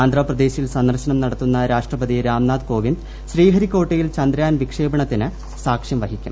ആന്ധ്രാപ്രദേശിൽ സന്ദർശനം നടത്തുന്ന രാഷ്ട്രപതി രാംനാഥ് കോവിന്ദ് ശ്രീഹരികോട്ടയിൽ പ്രങ്യാൻ വിക്ഷേപണത്തിന് സാക്ഷ്യം വഹിക്കും